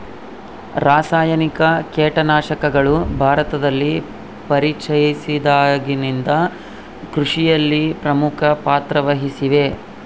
ರಾಸಾಯನಿಕ ಕೇಟನಾಶಕಗಳು ಭಾರತದಲ್ಲಿ ಪರಿಚಯಿಸಿದಾಗಿನಿಂದ ಕೃಷಿಯಲ್ಲಿ ಪ್ರಮುಖ ಪಾತ್ರ ವಹಿಸಿವೆ